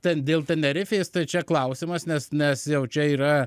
ten dėl tenerifės tai čia klausimas nes nes jau čia yra